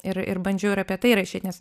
ir ir bandžiau ir apie tai rašyt nes